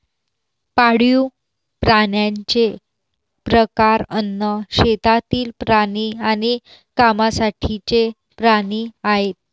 पाळीव प्राण्यांचे प्रकार अन्न, शेतातील प्राणी आणि कामासाठीचे प्राणी आहेत